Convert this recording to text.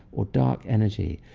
or dark energy,